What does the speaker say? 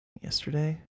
Yesterday